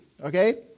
Okay